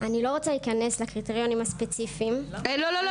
אני לא רוצה להיכנס לקריטריונים הספציפיים --- לא,